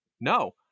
No